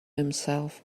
himself